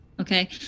Okay